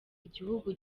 igihugu